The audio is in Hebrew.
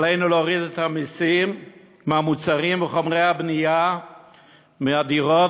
עלינו להוריד את המסים מהמוצרים וחומרי הבנייה לדירות,